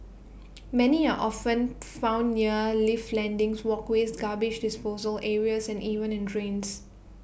many are often found near lift landings walkways garbage disposal areas and even in drains